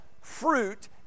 fruit